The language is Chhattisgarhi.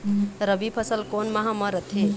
रबी फसल कोन माह म रथे?